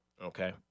Okay